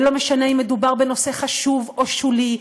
ולא משנה אם מדובר בנושא חשוב או שולי,